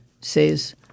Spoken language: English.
says